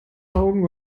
augen